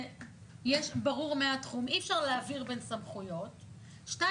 ברור מהתחום שאי-אפשר להעביר בין סמכויות; ב'.